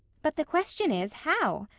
but the question is how?